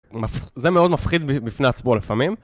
זה מאוד מפחיד בפני עצמו לפעמים.